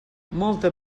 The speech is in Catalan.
molta